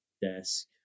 desk